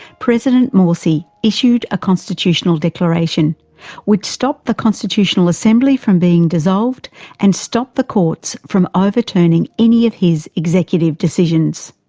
president morsi issued a constitutional declaration which stopped the constitutional assembly from being dissolved and stopped the courts from overturning any of his executive decisions.